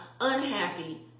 unhappy